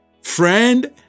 Friend